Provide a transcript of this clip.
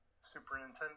superintendent